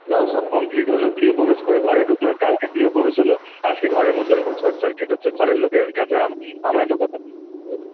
যাও সব কমপ্লিট হল গৃহপ্রবেশ করে ঘরে ঢুকলাম কালকে গৃহপ্রবেশ হল আজকে ঘরের মধ্যে ওরকম শর্ট সার্কিট হচ্ছে ঘরে লোকের কাছে আমি আমায় তো কথা শুনতে